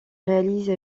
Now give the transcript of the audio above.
réalise